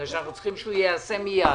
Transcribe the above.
בגלל שאנחנו צריכים שהוא ייעשה מיד.